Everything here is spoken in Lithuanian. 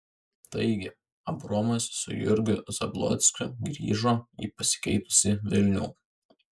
taigi abraomas su jurgiu zablockiu grįžo į pasikeitusį vilnių